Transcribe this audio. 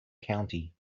county